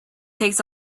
takes